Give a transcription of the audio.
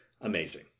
amazing